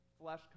flesh